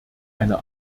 eine